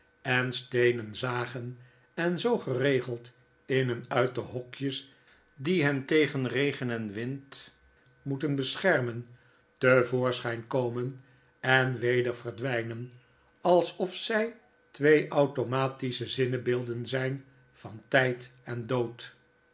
en steenen zagen en zoo geregeld in en uit de hokjes die hen tegen regen en wind moeten beschermen te voorschyn komen en weder verdwynen alsof zy twee automatische zinnebeelden zyn van tyd en dood